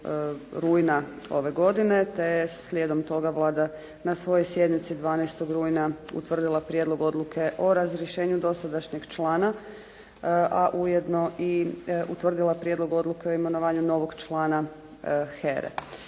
rujna ove godine, te je slijedom toga Vlada na svojoj sjednici 12. rujna utvrdila Prijedlog odluke o razrješenju dosadašnjeg člana, a ujedno i utvrdila Prijedlog odluke o imenovanju novog člana HERA-e.